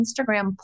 Instagram